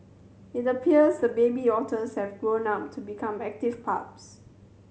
it appears the baby otters have grown up to become active pups